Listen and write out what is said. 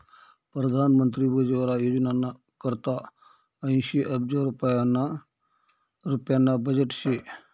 परधान मंत्री उज्वला योजनाना करता ऐंशी अब्ज रुप्याना बजेट शे